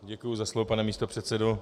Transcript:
Děkuji za slovo, pane místopředsedo.